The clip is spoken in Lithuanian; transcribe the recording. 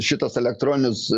šitas elektroninis